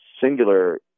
singular